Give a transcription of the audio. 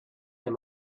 him